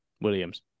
Williams